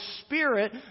spirit